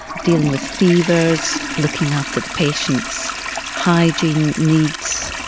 dealing with fevers, looking after the patients' hygiene needs,